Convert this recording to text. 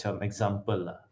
example